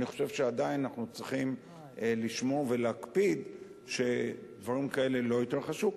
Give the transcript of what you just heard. אני חושב שעדיין אנחנו צריכים לשמור ולהקפיד שדברים כאלה לא יתרחשו,